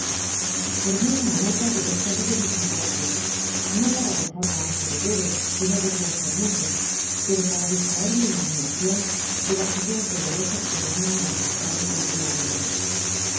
formé una nota del estado de mis negocios no para dejarla á mis herederos que no debian ser muchos pero para distraer mi imaginacion de las ideas olorosas que venian á asaltarme continuamente